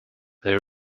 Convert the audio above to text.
they